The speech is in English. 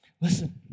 Listen